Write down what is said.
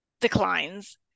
declines